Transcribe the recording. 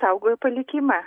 saugojo palikimą